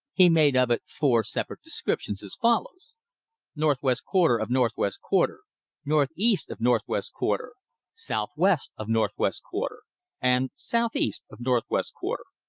he made of it four separate descriptions, as follows northwest quarter of northwest quarter northeast of northwest quarter southwest of northwest quarter and southeast of northwest quarter.